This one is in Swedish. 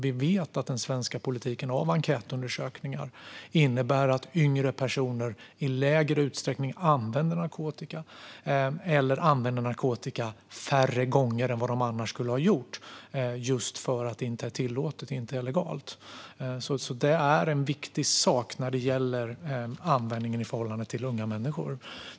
Från enkätundersökningar vet vi att den svenska politiken innebär att yngre personer i mindre utsträckning använder narkotika - eller använder narkotika färre gånger än de annars skulle ha gjort, just för att det inte är tillåtet och alltså inte legalt. Det är en viktig sak när det gäller användningen i förhållande till unga människor.